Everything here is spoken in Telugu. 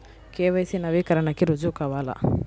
కే.వై.సి నవీకరణకి రుజువు కావాలా?